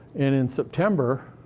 and in september,